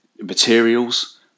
materials